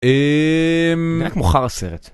אממ... נראה כמו חרא סרט.